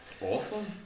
awful